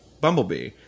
Bumblebee